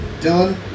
Dylan